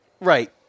right